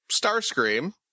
Starscream